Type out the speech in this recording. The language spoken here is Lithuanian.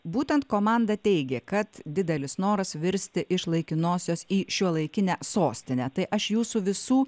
būtent komanda teigė kad didelis noras virsti iš laikinosios į šiuolaikinę sostinę tai aš jūsų visų